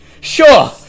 Sure